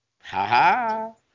Ha-ha